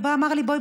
הוא אמר לי: בואי,